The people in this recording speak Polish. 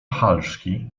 halszki